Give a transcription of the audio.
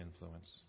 influence